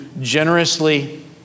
generously